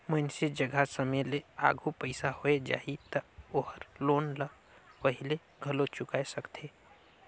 मइनसे जघा समे ले आघु पइसा होय जाही त ओहर लोन ल पहिले घलो चुकाय सकथे